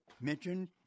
mentioned